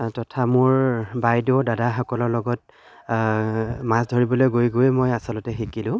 তথা মোৰ বাইদেউ দাদাসকলৰ লগত মাছ ধৰিবলৈ গৈ গৈ মই আচলতে শিকিলোঁ